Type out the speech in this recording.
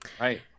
Right